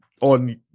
on